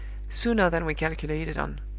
sooner than we calculated on.